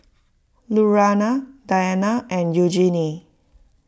Lurana Diana and Eugenie